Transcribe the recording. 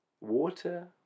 water